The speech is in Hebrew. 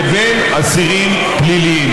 לבין אסירים פליליים.